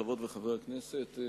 חברות וחברי הכנסת,